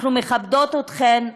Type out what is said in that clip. אנחנו מכבדות אתכן.